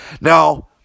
Now